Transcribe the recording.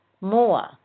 more